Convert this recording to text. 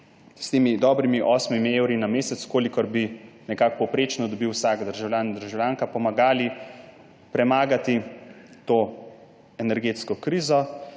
s temi dobrimi osmimi evri na mesec, kolikor bi nekako povprečno dobil vsak državljan in državljanka, pomagali premagati to energetsko krizo.